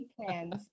plans